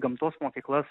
gamtos mokyklas